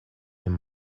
him